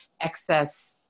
excess